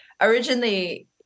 originally